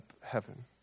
heaven